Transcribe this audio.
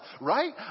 right